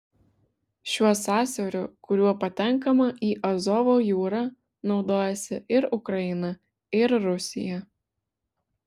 šiuo sąsiauriu kuriuo patenkama į azovo jūrą naudojasi ir ukraina ir rusija